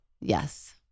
Yes